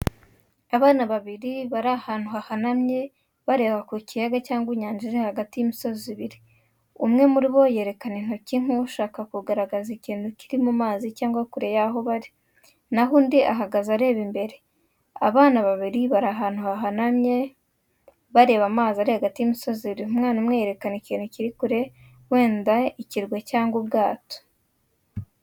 Abana babiri bari ahantu hahanamye, bareba ku kiyaga cyangwa inyanja iri hagati y'imisozi ibiri. Umwe muri bo yerekana intoki nk’ushaka kugaragaza ikintu kiri mu mazi cyangwa kure y’aho bari, naho undi ahagaze areba imbere. Abana babiri bari ahantu hahanamye, bareba amazi ari hagati y’imisozi. Umwana umwe yerekana ikintu kiri kure, wenda ikirwa cyangwa ubwato.